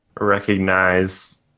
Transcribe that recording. recognize